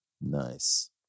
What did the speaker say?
Nice